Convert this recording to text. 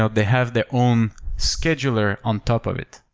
ah they have their own scheduler on top of it,